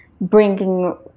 bringing